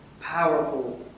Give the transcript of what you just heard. powerful